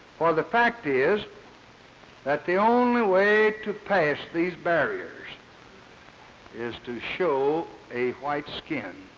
for the fact is that the only way to pass these barriers is to show a white skin